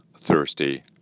Thursday